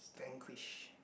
Vanquish